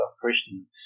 Christians